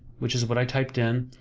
which is what i typed in,